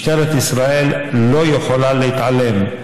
משטרת ישראל לא יכולה להתעלם.